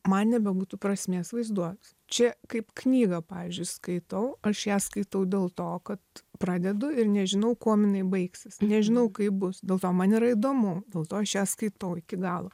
man nebebūtų prasmės vaizduot čia kaip knygą pavyzdžiui skaitau aš ją skaitau dėl to kad pradedu ir nežinau kuom jinai baigsis nežinau kaip bus dėl to man yra įdomu dėl to aš ją skaitau iki galo